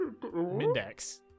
Mindex